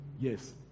Yes